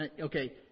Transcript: okay